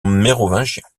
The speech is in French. mérovingiens